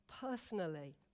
personally